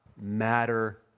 matter